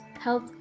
health